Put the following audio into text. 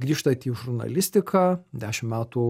grįžtat į žurnalistiką dešim metų